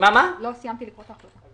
סיימתי לקרוא את ההחלטה.